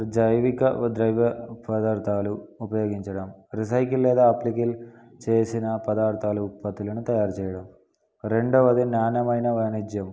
జైవిక ద్రవ్య పదార్థాలు ఉపయోగించడం రిసైకిల్ లేదా అప్సైకిల్ చేసిన పదార్థాలు ఉత్పత్తులను తయారు చేయడం రెండవది నాణ్యమైన వాణిజ్యం